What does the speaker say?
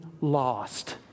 lost